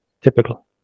typical